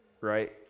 right